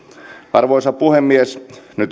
arvoisa puhemies nyt